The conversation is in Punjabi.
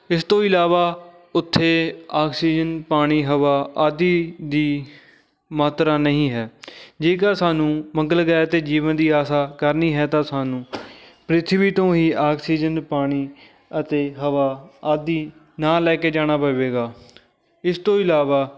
ਇਸ ਤੋਂ ਇਲਾਵਾ ਉੱਥੇ ਆਕਸੀਜਨ ਪਾਣੀ ਹਵਾ ਆਦਿ ਦੀ ਮਾਤਰਾ ਨਹੀਂ ਹੈ ਜੇਕਰ ਸਾਨੂੰ ਮੰਗਲ ਗ੍ਰਹਿ 'ਤੇ ਜੀਵਨ ਦੀ ਆਸ ਕਰਨੀ ਹੈ ਤਾਂ ਸਾਨੂੰ ਪ੍ਰਿਥਵੀ ਤੋਂ ਹੀ ਆਕਸੀਜਨ ਪਾਣੀ ਅਤੇ ਹਵਾ ਆਦਿ ਨਾਲ ਲੈ ਕੇ ਜਾਣਾ ਪਵੇਗਾ ਇਸ ਤੋਂ ਇਲਾਵਾ